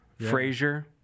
Frasier